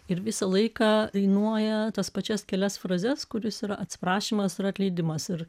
ir visą laiką dainuoja tas pačias kelias frazes kurios yra atsiprašymas ir atleidimas ir